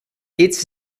its